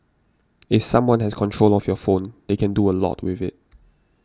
if someone has control of your phone they can do a lot with it